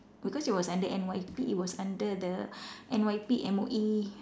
because it was under N_Y_P it was under the N_Y_P M_O_E